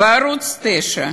בערוץ 9,